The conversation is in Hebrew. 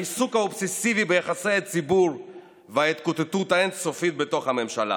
בעיסוק האובססיבי ביחסי הציבור וההתקוטטות האין-סופית בתוך הממשלה.